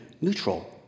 neutral